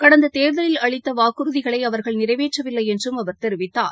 கடந்த தேர்தலில் அளித்த வாக்குறுதிகளை அவர்கள் நிறைவேற்றவில்லை என்றும் அவர் தெரிவித்தார்